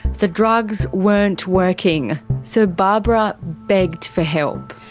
the drugs weren't working, so barbara begged for help.